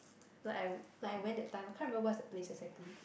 like I w~ like I went that time I can't remember what's the place exactly